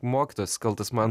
mokytojas kaltas man